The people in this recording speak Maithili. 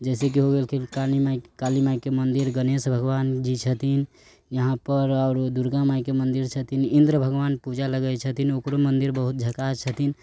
जैसेकि हो गेलखिन काली माय काली मायके मन्दिर गणेश भगवान जी छथिन यहाँपर आओर दुर्गा मायके मन्दिर छथिन इन्द्र भगवान पूजा लगै छथिन ओकरो मन्दिर बहुत झकास छथिन